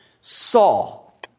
Saul